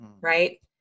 Right